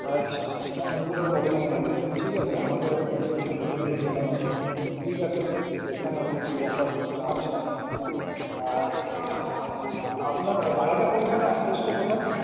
আচ্ছা হ্যাঁ অনেকগুলো প্রবলেম হয়ে গেছে ঠিক আছে আমাকে হয়ত দুজনকে নিয়েও যেতে হবে ঠিক আছে দেখে নেব কী ব্যাপারটা আছে আপনাদের আর আপনার বাড়িটা কোনখানে অ্যাড্রেসটা কোথায়